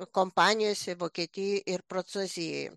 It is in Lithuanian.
kompanijose vokietijoj ir prancūzijoj